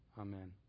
Amen